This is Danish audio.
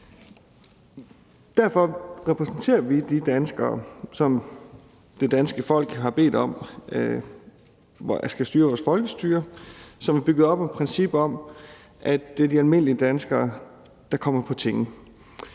Derfor repræsenterer vi de danskere, som har bedt os om at styre vores folkestyre, som er bygget op om det princip, at det er de almindelige danskere, der kommer på Tinge.